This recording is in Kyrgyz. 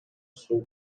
суу